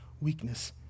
weakness